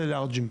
בזה לארג'ים.